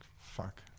fuck